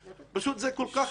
פשוט זה כל כך אלמנטרי.